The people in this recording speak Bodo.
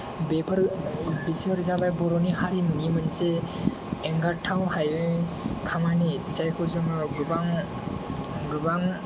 बेफोर बिसोर जाबाय बर'नि हारिमुनि मोनसे एंगारथाव हायै खामानि जायखौ जोङो गोबां गोबां